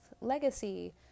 legacy